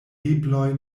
ebloj